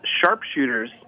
sharpshooters